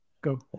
Go